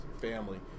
family